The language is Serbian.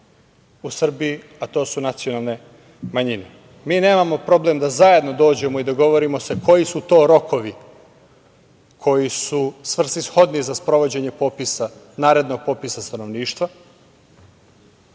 u Srbiji, a to su nacionalne manjine. Mi nemamo problem da zajedno dođemo i dogovorimo se koji su to rokovi koji su svrsishodni za sprovođenje narednog popisa stanovništva,